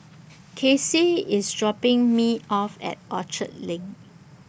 Casey IS dropping Me off At Orchard LINK